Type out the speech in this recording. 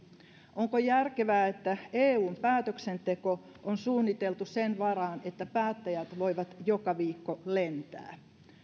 onko järkevää että eun päätöksenteko on suunniteltu sen varaan että päättäjät voivat joka viikko lentää